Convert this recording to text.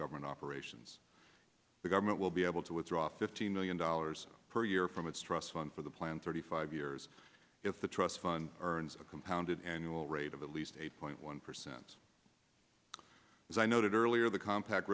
government operations the government will be able to withdraw fifteen million dollars per year from its trust fund for the plan thirty five years if the trust fund earns a compounded annual rate of at least eight point one percent as i noted earlier the compa